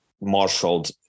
marshaled